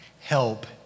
help